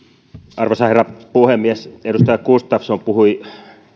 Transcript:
arvoisa herra puhemies edustaja gustafsson puhui